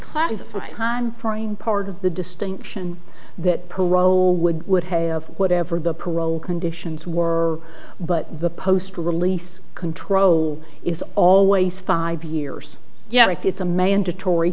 as time frame part of the distinction that parole would would have whatever the parole conditions were but the post release control is always five years yes it's a mandatory